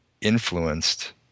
influenced